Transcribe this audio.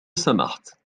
سمحت